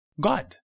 God